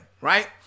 right